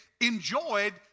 enjoyed